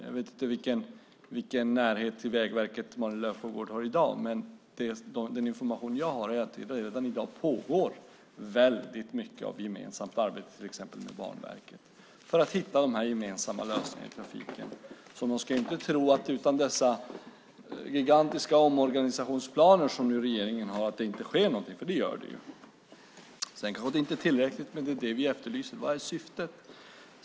Jag vet inte vilken närhet till Vägverket Malin Löfsjögård har i dag, men den information jag har är att det redan i dag pågår väldigt mycket gemensamt arbete, till exempel med Banverket, för att hitta de gemensamma lösningarna i trafiken. Man ska inte tro att det inte sker någonting utan dessa gigantiska omorganisationsplaner som regeringen nu har, för det gör det. Det kanske inte är tillräckligt, men det är det vi efterlyser. Vad är syftet?